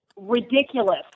ridiculous